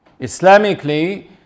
Islamically